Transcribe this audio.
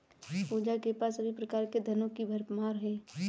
पूजा के पास सभी प्रकार के धनों की भरमार है